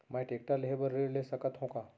मैं टेकटर लेहे बर ऋण ले सकत हो का?